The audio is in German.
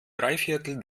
dreiviertel